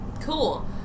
Cool